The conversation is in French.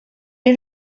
est